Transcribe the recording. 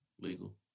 legal